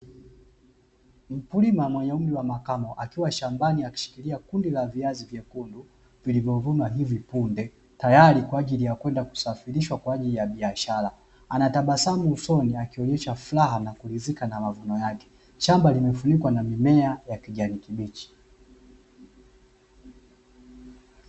Mkulima mwenye umri wa makamo, akiwa shambani akishikilia kundi la viazi vyekundu vilivyovuna hivi punde, tayari kwa ajili ya kwenda kusafirishwa kwa ajili ya biashara, anatabasamu usoni akionyesha furaha na kuridhika na mavuno yake shamba limefunikwa na mimea ya kijani kibichi.